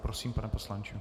Prosím, pane poslanče.